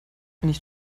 nicht